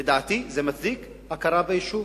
לדעתי זה מצדיק הכרה ביישוב.